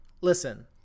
Listen